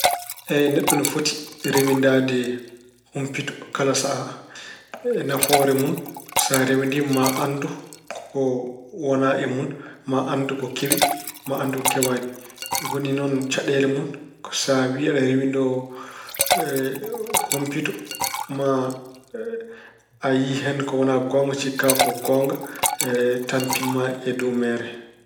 Eey, neɗɗo ne foti rewindaade humpito kala sahaa. Nafoore mun ko sa rewindiima maa anndu ko wona e mun. Maa anndu ko kewi. Maa anndu ko kewaani. Woni noon Caɗeele mun, so a wiyi aɗa rewindoo humpito maa yiyi hen ko wona goonga cikka ko goonga tampinma e dow mehre.